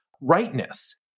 rightness